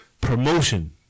Promotion